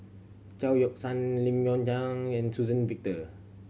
Chao Yoke San Lim and Suzann Victor